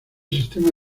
sistema